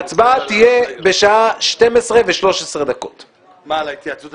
ההצבעה תהיה בשעה 12:13. (הישיבה נפסקה